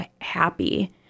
happy